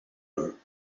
her